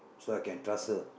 so I can trust her